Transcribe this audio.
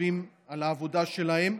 כשחושבים על העבודה שלהם,